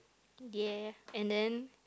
ya and then